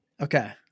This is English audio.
Okay